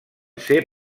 ser